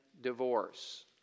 divorce